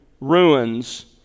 ruins